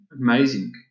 amazing